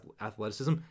athleticism